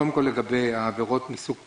קודם כל לגבי עבירות מסוג פשע,